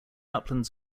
uplands